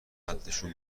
قدشون